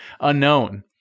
unknown